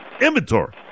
Inventory